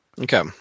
Okay